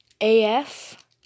AF